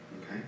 Okay